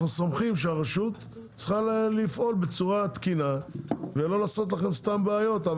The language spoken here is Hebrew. אנחנו סומכים שהרשות צריכה לפעול בצורה תקינה ולא לעשות לכם סתם בעיות.